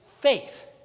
faith